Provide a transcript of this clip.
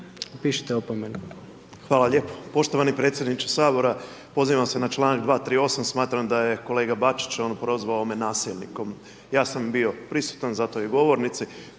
Tomislav (MOST)** Hvala lijepo. Poštovani Predsjedniče Sabora pozivam se na članak 238 smatram da je kolega Bačić on prozvao me nasilnikom. Ja sam bio prisutan za to i govornici